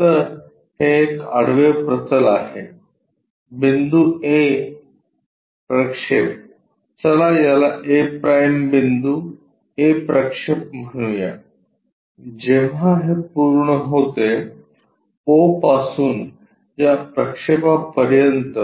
तर हे एक आडवे प्रतल आहे बिंदू A प्रक्षेप चला याला a' बिंदू a प्रक्षेप म्हणू या जेव्हा हे पूर्ण होते O पासून या प्रक्षेपापर्यंत